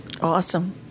Awesome